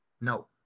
no